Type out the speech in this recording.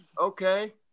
okay